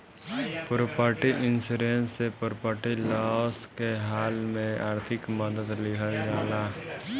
property insurance से property loss के हाल में आर्थिक मदद लीहल जाला